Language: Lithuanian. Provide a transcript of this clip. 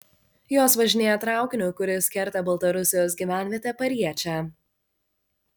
jos važinėja traukiniu kuris kerta baltarusijos gyvenvietę pariečę